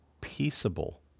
peaceable